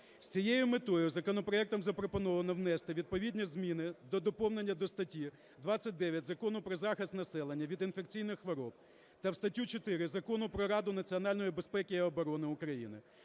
З цією метою законопроектом запропоновано внести відповідні зміни до доповнення до статті 29 Закону "Про захист населення від інфекційних хвороб" та в статтю 4 Закону "Про Раду національної безпеки і оборони України",